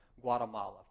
Guatemala